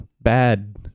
Bad